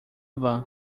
van